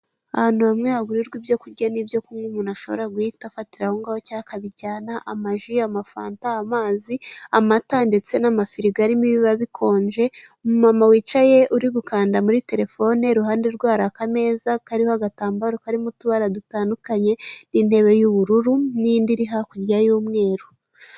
Ahantu hamwe hagurirwa ibyo kurya n'ibyo kunywa umuntu ashobora guhita afatira aho ngaho cyangwa akabijyana amaji, amafanta, amazi, amata ndetse n'amafirigo arimo ibiba bikonje. Umumama wicaye uri gukanda muri telefone, iruhande rwe hari akameza kariho agatambaro karimo utubara dutandukanye n'intebe y'ubururu n'indi iri hakurya y'umweru.